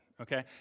okay